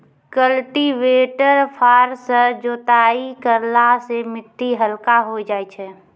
cultivator फार सँ जोताई करला सें मिट्टी हल्का होय जाय छै